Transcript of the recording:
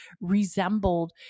resembled